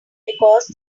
because